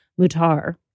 Mutar